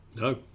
No